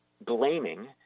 blaming